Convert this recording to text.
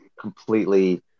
completely